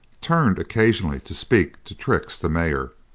turned occasionally to speak to trix, the mare,